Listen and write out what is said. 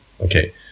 Okay